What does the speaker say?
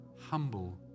humble